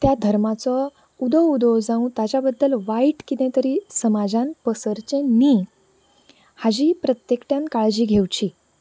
त्या धर्माचो उदो उदो जांव ताच्या बद्दल वायट कितें तरी समाजान पसरचें न्ही हाजी प्रत्येकल्यान काळजी घेवची